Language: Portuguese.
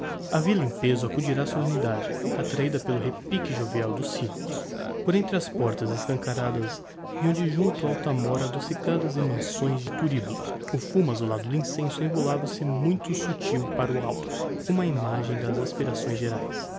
a villa em peso acudira á solennidade attrahida pelo repique jovial dos sinos por entre as portas escancaradas vinham de junto do altar mór adocicadas emanações de thuribulos o fumo azulado do incenso evolava se muito subtil para o alto como a imagem das aspirações geraes